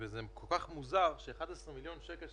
זה כל כך מוזר ש-11 מיליון שקל,